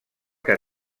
que